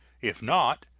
if not,